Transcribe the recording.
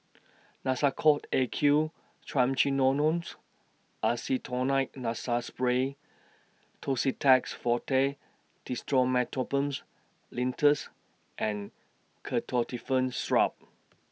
Nasacort A Q Triamcinolones Acetonide Nasal Spray Tussidex Forte Dextromethorphans Linctus and Ketotifen Syrup